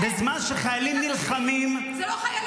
בזמן שחיילים נלחמים -- זה לא חיילים,